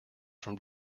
from